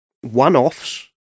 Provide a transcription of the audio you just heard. one-offs